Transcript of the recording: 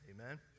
amen